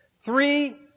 Three